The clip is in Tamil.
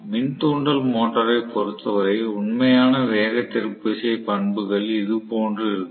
மின் தூண்டல் மோட்டாரைப் பொறுத்தவரை உண்மையான வேக திருப்பு விசை பண்புகள் இதுபோன்று இருக்கும்